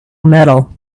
metal